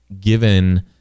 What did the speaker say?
given